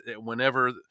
whenever